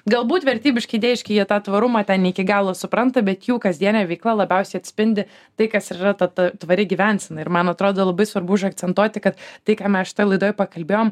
galbūt vertybiški idėjiški jie tą tvarumą ten ne iki galo supranta bet jų kasdienė veikla labiausiai atspindi tai kas ir yra ta ta tvari gyvensena ir man atrodo labai svarbu užakcentuoti kad tai ką mes šitoj laidoj pakalbėjom